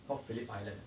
called phillip island ah